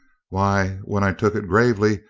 why, when i took it gravely,